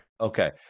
Okay